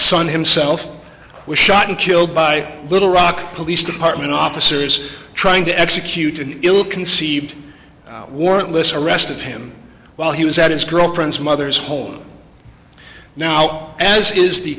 son himself was shot and killed by little rock police department officers trying to execute an ill conceived warrantless arrest of him while he was at his girlfriend's mother's home now as is the